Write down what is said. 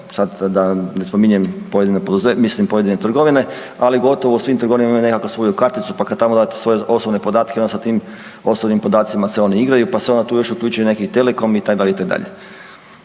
sad da ne spominjem pojedine trgovine ali gotovo u svim trgovinama imaju nekakvu svoju karticu pa kad tamo date svoje osobne podatke, onda sa tim osobnim podacima se oni igraju pa se onda tu uključuju neki telekomi itd., itd.